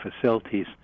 facilities